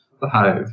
behave